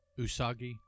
Usagi